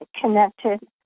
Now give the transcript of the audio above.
connected